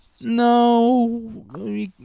no